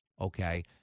okay